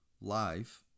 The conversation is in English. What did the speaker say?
life